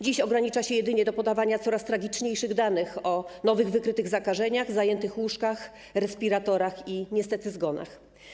Dziś ogranicza się jedynie do podawania coraz tragiczniejszych danych o nowych wykrytych zakażeniach, zajętych łóżkach, respiratorach i niestety zgonach.